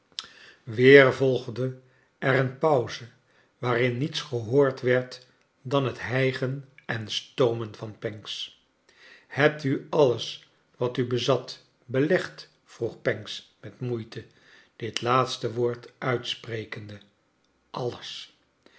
weer volgde er een pauze waariri niets gehoord werd dan liet hijgen en stoomen van pancks hebt u alles wat u bezat belegd vroeg pancks met moeite dit laatste woord uitsprekende alles